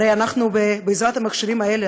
הרי בעזרת המכשירים האלה,